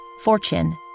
fortune